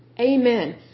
Amen